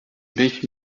mich